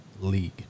league